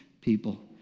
people